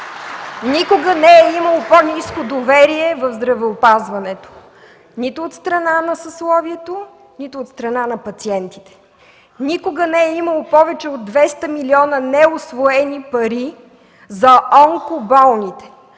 ДПС), не е имало по-ниско доверие в здравеопазването – нито от страна на съсловието, нито от страна на пациентите. Никога не е имало повече от 200 милиона неусвоени пари за онкоболните.